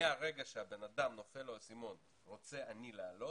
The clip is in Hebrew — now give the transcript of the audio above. מהרגע שהבן אדם נופל לו האסימון והוא מחליט שהוא רוצה לעלות